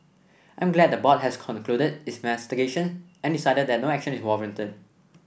I'm glad the board has concluded its investigation and decided that no action is warranted